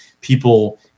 people